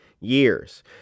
years